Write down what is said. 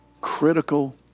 critical